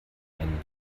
einen